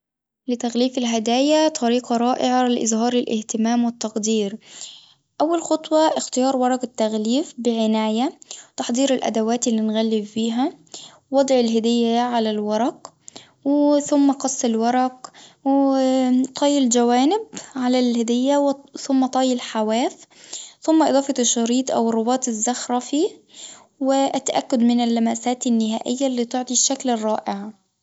لتغليف الهدايا طريقة رائعة لإظهار الاهتمام والتقدير، أول خطوة اختيار ورق التغليف بعناية، تحضير الأدوات اللي نغلف بيها وضع الهدية على الورق، وثم قص الورق وطي الجوانب على الهدية ثم طي الحواف ثم إضافة الشريط أو الرباط الزخرفي، والتأكد من اللمسات النهائية اللي تعطي الشكل الرائع.